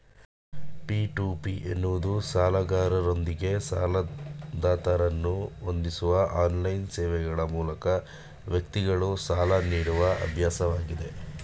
P to P ಎನ್ನುವುದು ಸಾಲಗಾರರೊಂದಿಗೆ ಸಾಲದಾತರನ್ನ ಹೊಂದಿಸುವ ಆನ್ಲೈನ್ ಸೇವೆಗ್ಳ ಮೂಲಕ ವ್ಯಕ್ತಿಗಳು ಸಾಲ ನೀಡುವ ಅಭ್ಯಾಸವಾಗಿದೆ